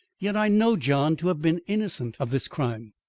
yet i know john to have been innocent of this crime.